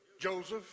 Joseph